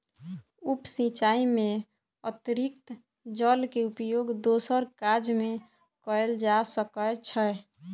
उप सिचाई में अतरिक्त जल के उपयोग दोसर काज में कयल जा सकै छै